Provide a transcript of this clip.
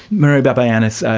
maria barbayannis,